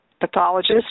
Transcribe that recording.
pathologist